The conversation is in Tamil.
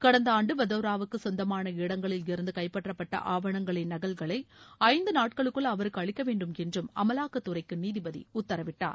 கடந்த ஆண்டு வதேராவுக்கு சொந்தமான இடங்களில் இருந்து கைப்பற்றப்பட்ட ஆவணங்களின் நகல்களை ஐந்து நாட்களுக்குள் அவருக்கு அளிக்க வேண்டும் என்றும் அமலாக்கத்துறைக்கு நீதிபதி உத்தரவிட்டார்